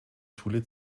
schule